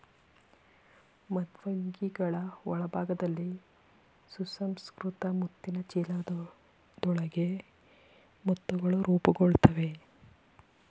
ಮೃದ್ವಂಗಿಗಳ ಒಳಭಾಗದಲ್ಲಿ ಸುಸಂಸ್ಕೃತ ಮುತ್ತಿನ ಚೀಲದೊಳಗೆ ಮುತ್ತುಗಳು ರೂಪುಗೊಳ್ತವೆ